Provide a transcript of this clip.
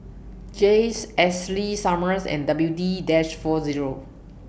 Jays Ashley Summers and W D dash four Zero